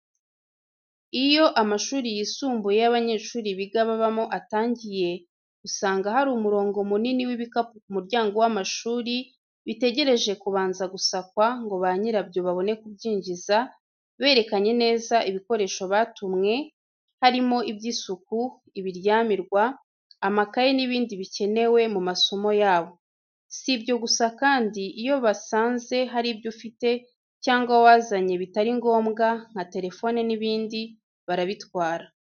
Iyo amashuri yisumbuye y’abanyeshuri biga babamo atangiye, usanga hari umurongo munini w’ibikapu ku muryango w’amashuri, bitegereje kubanza gusakwa ngo banyirabyo babone kubyinjiza berekanye neza ibikoresho batumwe, haba iby’isuku, ibiryamirwa, amakaye n’ibindi bikenewe mu masomo yabo. Si ibyo gusa kandi, iyo basanze hari ibyo ufite cyangwa wazanye bitari ngombwa, nka telefone n’ ibindi, barabitwara.